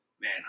man